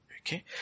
Okay